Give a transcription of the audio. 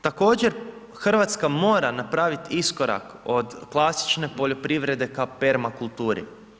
Također Hrvatska mora napraviti iskorak od klasične poljoprivrede ka permakulturi.